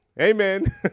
Amen